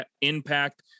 impact